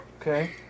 Okay